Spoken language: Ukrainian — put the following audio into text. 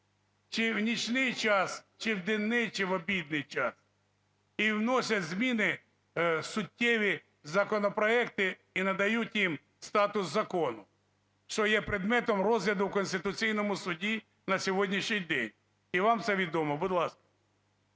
чи в нічний час, чи в денний, чи в обідній час і вносять зміни суттєві в законопроекти і надають їм статус закону, що є предметом розгляду в Конституційному Суді на сьогоднішній день. І вам це відомо. Будь ласка.